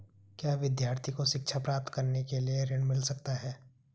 क्या विद्यार्थी को शिक्षा प्राप्त करने के लिए ऋण मिल सकता है?